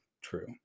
true